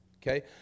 Okay